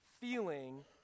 feeling